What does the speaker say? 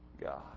God